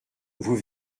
vous